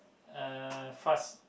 fast